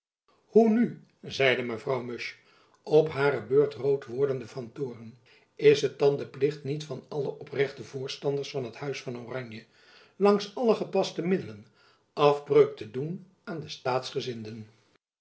hoe nu zeide mevrouw musch op hare beurt rood wordende van toorn is het dan de plicht niet van alle oprechte voorstanders van het huis van oranje langs alle gepaste middelen afbreuk te doen aan de